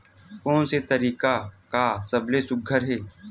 कोन से तरीका का सबले सुघ्घर हे?